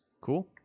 Cool